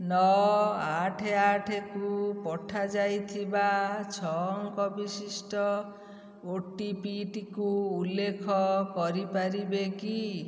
ନଅ ଆଠ ଆଠକୁ ପଠାଯାଇଥିବା ଛଅ ଅଙ୍କ ବିଶିଷ୍ଟ ଓଟିପିଟିକୁ ଉଲ୍ଲେଖ କରିପାରିବେ କି